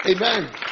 Amen